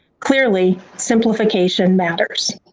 clearly, simplification matters.